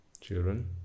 children